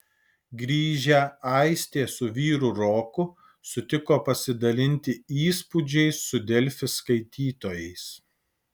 grįžę aistė su vyru roku sutiko pasidalinti įspūdžiais su delfi skaitytojais